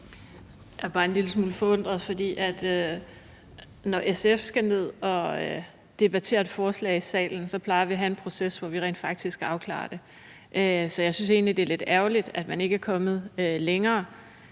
Jeg er bare en lille smule forundret. For når SF skal debattere et forslag i salen, plejer vi at have en proces, hvor vi rent faktisk skal afklare det. Så jeg synes egentlig, det er lidt ærgerligt at man ikke er kommet længere.